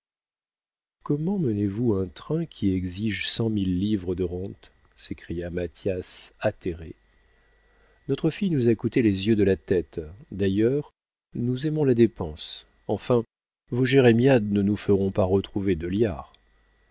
comment menez-vous un train qui exige cent mille livres de rentes s'écria mathias atterré notre fille nous a coûté les yeux de la tête d'ailleurs nous aimons la dépense enfin vos jérémiades ne nous feront pas retrouver deux liards